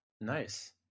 Nice